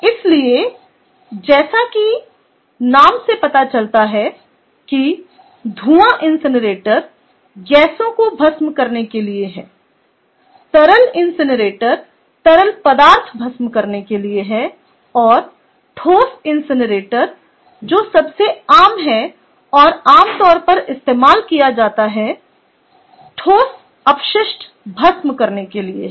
इसलिए जैसा कि नाम से पता चलता है कि धूआं इनसिनरेटर गैसों को भस्म करने के लिए है तरल इनसिनरेटर तरल पदार्थ भस्म करने के लिए है और ठोस इनसिनरेटर जो सबसे आम है और आमतौर पर इस्तेमाल किया जाता है ठोस अपशिष्ट भस्म करने के लिए है